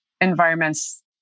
environments